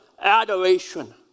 adoration